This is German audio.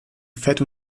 fett